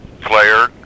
player